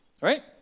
right